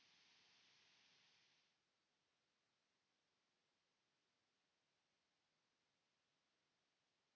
Kiitos,